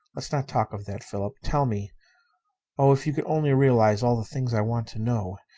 let's not talk of that. philip, tell me oh, if you could only realize all the things i want to know.